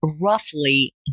roughly